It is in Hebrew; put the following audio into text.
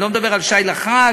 אני לא מדבר על שי לחג,